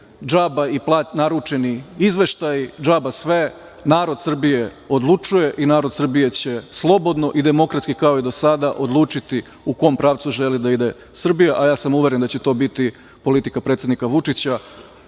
džaba i naručeni izveštaji, džaba sve. Narod Srbije odlučuje i narod Srbije će slobodno i demokratski, kao i do sada, odlučiti u kom pravcu želi da ide Srbija. Ja sam uveren da će to biti politika predsednika Vučića,